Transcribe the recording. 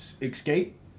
escape